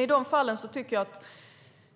I de fallen tycker jag